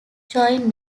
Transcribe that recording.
joined